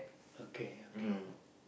okay okay